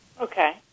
Okay